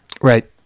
right